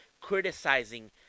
criticizing